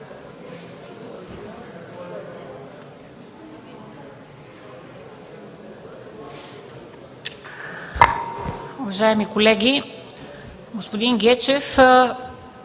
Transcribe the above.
Уважаеми колеги! Господин Гечев,